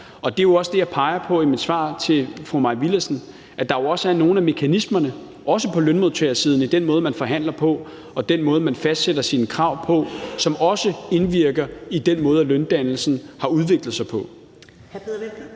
det er jo også det, jeg peger på i mit svar til fru Mai Villadsen, altså at der er nogle af mekanismerne, også på lønmodtagersiden, i den måde, man forhandler på, og den måde, man fastsætter sine krav på, som også indvirker på den måde, løndannelsen har udviklet sig på.